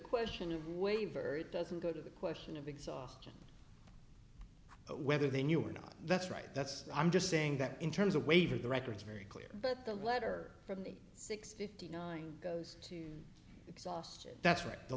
question of waiver it doesn't go to the question of exhaustion whether they knew or not that's right that's i'm just saying that in terms of waiver the records very clear that the letter from me six fifty nine goes to exhaustion that's